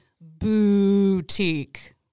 boutique